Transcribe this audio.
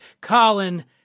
Colin